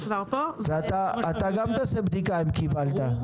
אתה גם תעשה בדיקה אם קיבלת.